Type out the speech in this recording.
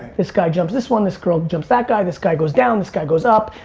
this guy jumps this one, this girl jumps that guy, this guy goes down, this guy goes up.